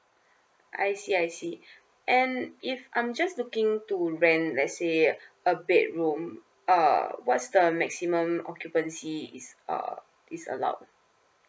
I see I see and if I'm just looking to rent let's say a bedroom uh what's the maximum occupancy is uh is allowed